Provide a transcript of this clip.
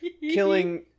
killing